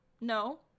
No